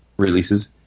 releases